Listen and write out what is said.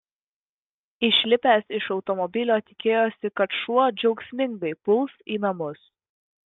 išlipęs iš automobilio tikėjosi kad šuo džiaugsmingai puls į namus